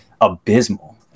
abysmal